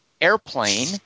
airplane